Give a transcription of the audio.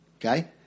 Okay